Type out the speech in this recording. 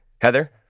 Heather